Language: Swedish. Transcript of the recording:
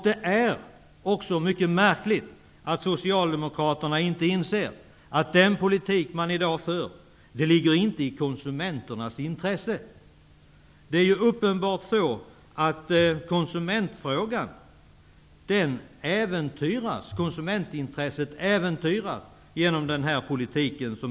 Det är också mycket märkligt att ni socialdemokrater inte inser att den politik ni i dag för inte ligger i konsumenternas intresse. Det är uppenbart så att konsumentintresset äventyras genom er politik.